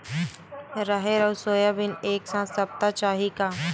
राहेर अउ सोयाबीन एक साथ सप्ता चाही का?